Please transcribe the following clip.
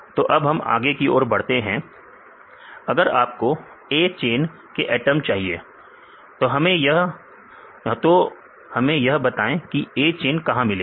तो अब हम अगली और बढ़ते हैं अगर आपको A चेन के एटम चाहिए तो हमें यह बताएं कि A चेन कहां मिलेगी